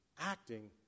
acting